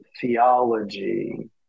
theology